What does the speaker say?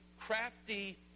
crafty